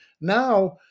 Now